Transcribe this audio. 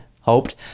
hoped